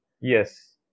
Yes